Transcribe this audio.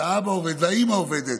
שבהן האבא עובד והאימא עובדת,